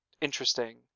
interesting